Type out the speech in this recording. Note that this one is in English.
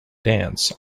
dance